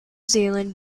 zealand